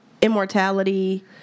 immortality